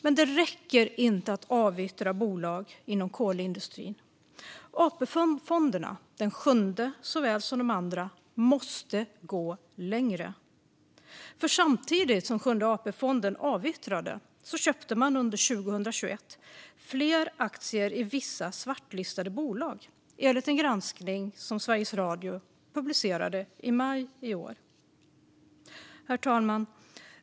Men det räcker inte att avyttra bolag inom kolindustrin. AP-fonderna, Sjunde såväl som de andra, måste gå längre. Samtidigt som Sjunde AP-fonden avyttrade dessa bolag köpte man under 2021 fler aktier i vissa svartlistade bolag, enligt en granskning som Sveriges Radio publicerade i maj i år. Herr talman!